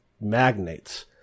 magnates